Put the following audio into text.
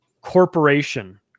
corporation